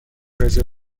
رزرو